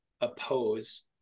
oppose